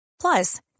Plus